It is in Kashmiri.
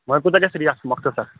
وۄنۍ کوٗتاہ گژھِ ریٹ مخصَر اَتھ